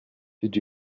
did